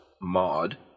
mod